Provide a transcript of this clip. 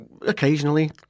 Occasionally